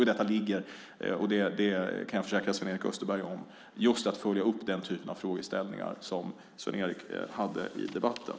I detta ligger, det kan jag försäkra Sven-Erik Österberg, just att följa upp den typen av frågeställningar som han hade i debatten.